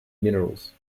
minerals